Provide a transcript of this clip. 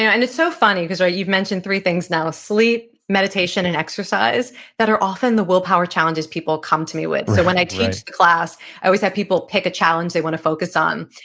yeah and it's so funny because you've mentioned three things now. sleep, meditation and exercise that are often the willpower challenges people come to me with. so when i teach the class i always have people pick a challenge they want to focus on.